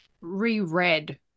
reread